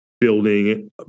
building